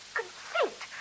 conceit